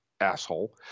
asshole